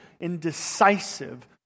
indecisive